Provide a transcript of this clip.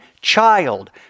child